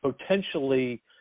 potentially